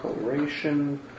coloration